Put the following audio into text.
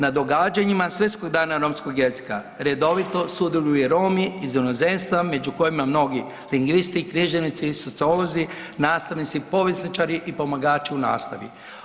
Na događanjima Svjetskog dana romskog jezika redovito sudjeluju Romi iz inozemstva među kojima mnogi lingvisti, književnici, sociolozi, nastavnici, povjesničari i pomagači u nastavi.